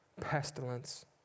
pestilence